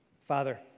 Father